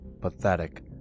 pathetic